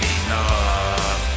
enough